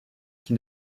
qui